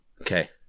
Okay